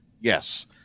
Yes